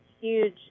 huge